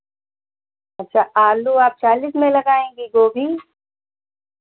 अच्छा आलू आप चालीस में लगाएँगी गोभी